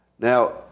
Now